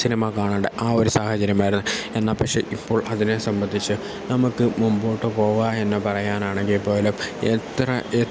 cinema കാണേണ്ട ആ ഒരു സാഹചര്യമായിരുന്നു എന്നാൽ പക്ഷേ ഇപ്പോൾ അതിനെ സംബന്ധിച്ച് നമുക്ക് മുൻപോട്ട് പോവാം എന്ന് പറയാനാണെങ്കിൽ പോലും എത്ര